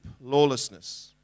lawlessness